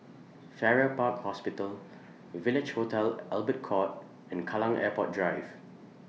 Farrer Park Hospital Village Hotel Albert Court and Kallang Airport Drive